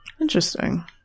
interesting